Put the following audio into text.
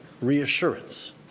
reassurance